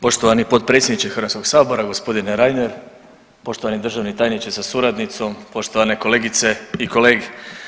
Poštovani potpredsjedniče Hrvatskoga sabora gospodine Reiner, poštovani državni tajniče sa suradnicom, poštovane kolegice i kolege.